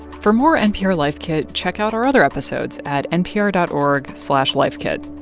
for more npr life kit, check out our other episodes at npr dot org slash lifekit.